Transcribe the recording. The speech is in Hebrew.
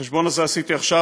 את החשבון הזה עשיתי עכשיו,